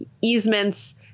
easements